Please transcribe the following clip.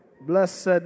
Blessed